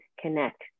connect